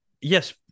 Yes